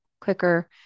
quicker